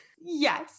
yes